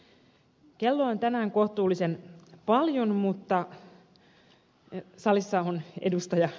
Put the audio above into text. kello on tänään kohtuullisen paljon ja salissa on ed